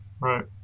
Right